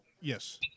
yes